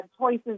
choices